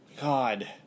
God